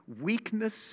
Weakness